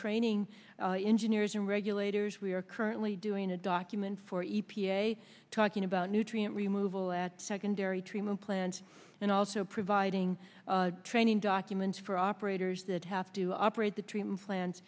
training engineers and regulators we are currently doing a document for e p a talking about nutrient removal at secondary treatment plants and also providing training documents for operators that have to operate the treatment plants